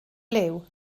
liw